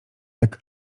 jak